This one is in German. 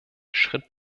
schritt